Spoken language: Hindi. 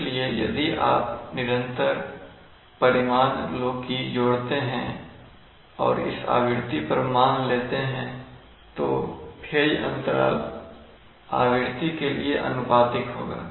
इसलिए यदि आप निरंतर परिमाण लोकी जोड़ते हैं और इस आवृत्ति पर मान लेते हैं तो फेज अंतराल आवृत्ति के लिए आनुपातिक होगा